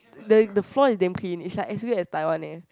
the the floor is damn clean is like as sweep as Taiwan eh